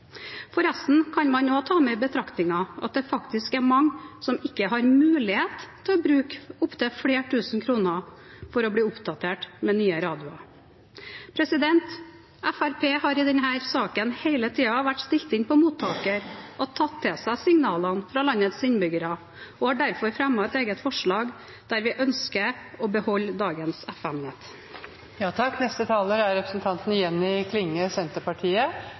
kan man også ta med i betraktningen at det faktisk er mange som ikke har mulighet til å bruke opptil flere tusen kroner for å bli oppdatert med nye radioer. Fremskrittspartiet har i denne saken hele tiden vært stilt inn på mottaker og tatt til seg signalene fra landets innbyggere og har derfor fremmet et eget forslag der vi ønsker å beholde dagens